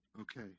Okay